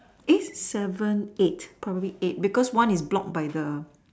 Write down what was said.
eight seven eight probably eight because one is probably blocked by the